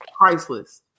priceless